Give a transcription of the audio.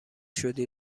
شدی